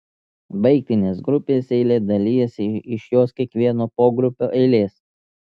baigtinės grupės eilė dalijasi iš jos kiekvieno pogrupio eilės